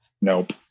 nope